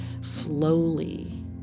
slowly